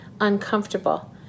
Uncomfortable